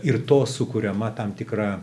ir to sukuriama tam tikra